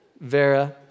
Vera